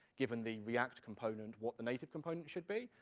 given the react component, what the native component should be,